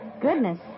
Goodness